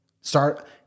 Start